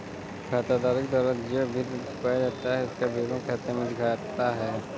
खाताधारक द्वारा जो भी ऋण चुकाया जाता है उसका विवरण खाते में दिखता है